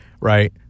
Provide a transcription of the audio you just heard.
right